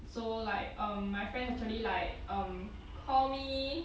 so like um my friend actually like um call me